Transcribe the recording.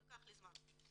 לקח לי זמן.